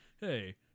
Hey